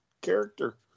character